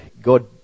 God